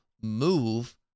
move